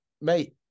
mate